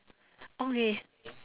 okay